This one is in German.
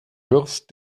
wirfst